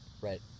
right